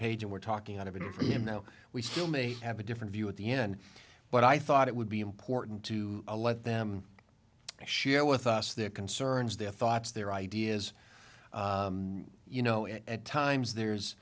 page and we're talking out of it for him no we still may have a different view at the end but i thought it would be important to let them share with us their concerns their thoughts their ideas you know at times there's